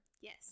Yes